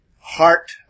heart